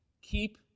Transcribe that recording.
keep